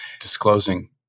disclosing